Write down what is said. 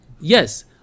Yes